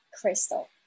crystal